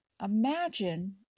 imagine